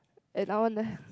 and I want a